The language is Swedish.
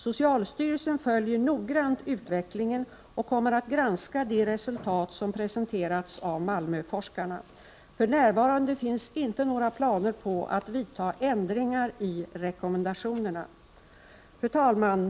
Socialstyrelsen följer noggrant utvecklingen och kommer att granska de resultat som presenterats av Malmöforskarna. För närvarande finns inte några planer på att vidta ändringar i rekommendationerna.